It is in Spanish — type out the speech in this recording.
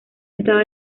estaba